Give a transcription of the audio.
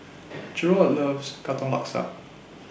Jarrod loves Katong Laksa